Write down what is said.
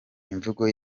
imvugo